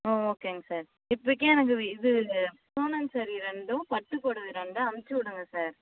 ம் ஓகேங்க சார் இப்போதிக்கி எனக்கு வி இது பூனம் சாரீ ரெண்டும் பட்டு பொடவ ரெண்டும் அமிச்சிவுடுங்க சார்